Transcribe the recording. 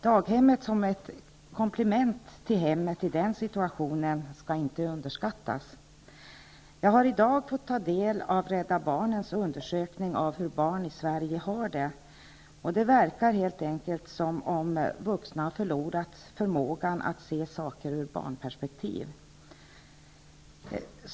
Daghemmet skall i den situationen inte underskattas som ett komplement till hemmet. Jag har i dag fått ta del av Rädda barnens undersökning av hur barn i Sverige har det. Det verkar helt enkelt som om vuxna har förlorat förmågan att se saker ur barnperspektiv.